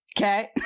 Okay